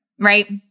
Right